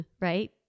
right